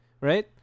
right